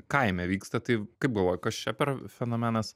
kaime vyksta tai kaip galvoji kas čia per fenomenas